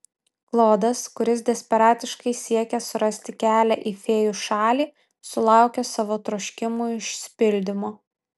klodas kuris desperatiškai siekė surasti kelią į fėjų šalį sulaukė savo troškimų išsipildymo